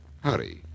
Hurry